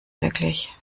wirklich